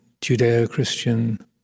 Judeo-Christian